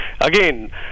again